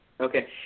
Okay